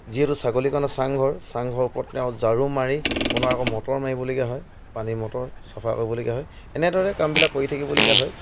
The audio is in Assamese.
যিহেতু ছাগলী কাৰণে চাংঘৰ চাংঘৰ ওপৰত তেওঁ ঝাৰু মাৰি পুনৰ আকৌ মটৰ মাৰিবলগীয়া হয় পানীৰ মটৰ চাফা কৰিবলগীয়া হয় এনেদৰে কামবিলাক কৰি থাকিবলগীয়া হয়